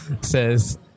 says